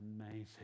amazing